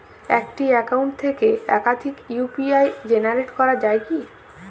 একটি অ্যাকাউন্ট থেকে একাধিক ইউ.পি.আই জেনারেট করা যায় কি?